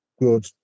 good